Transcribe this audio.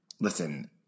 listen